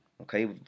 Okay